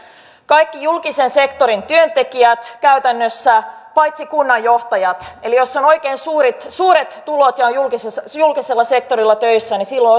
kaikki julkisen sektorin työntekijät käytännössä paitsi kunnanjohtajat eli jos on oikein suuret suuret tulot ja on julkisella sektorilla töissä niin silloin